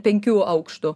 penkių aukštų